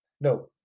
No